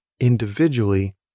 individually